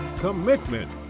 commitment